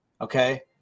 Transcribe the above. okay